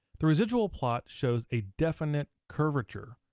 the residual plot shows a definite curvature.